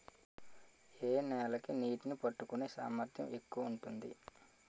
ఏ నేల కి నీటినీ పట్టుకునే సామర్థ్యం ఎక్కువ ఉంటుంది?